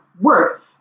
work